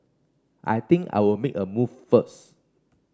I think I'll make a move first